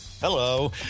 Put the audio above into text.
Hello